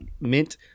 mint